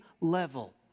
level